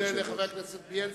אני מאוד מודה לחבר הכנסת בילסקי.